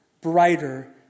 brighter